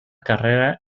carrera